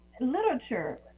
literature